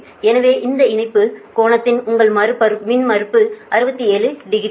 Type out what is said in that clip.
எனவே இந்த இணைப்பு கோணத்தின் உங்கள் மின்மறுப்பு 67 டிகிரி